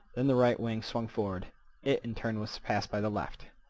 then the right wing swung forward it in turn was surpassed by the left.